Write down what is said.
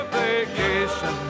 vacation